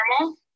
normal